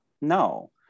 No